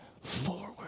forward